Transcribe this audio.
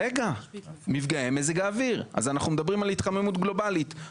אנחנו מדברים על התחממות גלובלית.